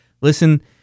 Listen